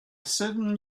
seven